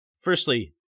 Firstly